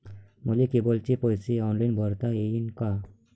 मले केबलचे पैसे ऑनलाईन भरता येईन का?